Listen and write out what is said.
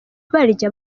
barya